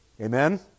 Amen